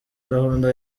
gahunda